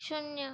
शून्य